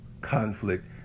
conflict